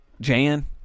Jan